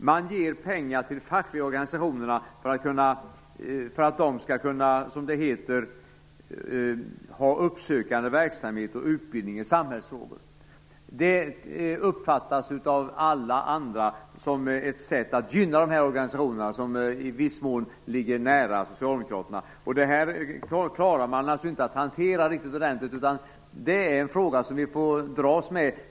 Man ger pengar till de fackliga organisationerna för att de skall kunna, som det heter, ha uppsökande verksamhet och utbildning i samhällsfrågor. Det uppfattas av alla andra som ett sätt att gynna dessa organisationer, som i viss mån ligger nära Socialdemokraterna. Detta klarar man inte att hantera riktigt ordentligt. Det är en fråga som vi får dras med.